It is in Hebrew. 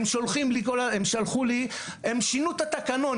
הם שינו את התקנון,